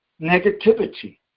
negativity